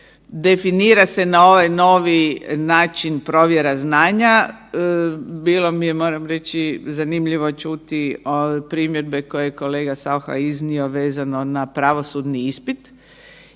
Definira se na ovaj novi način provjera znanja. Bilo mi je, moram reći, zanimljivo čuti primjedbe koje je kolega Saucha iznio vezano na pravosudni ispit